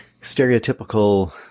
stereotypical